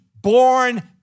born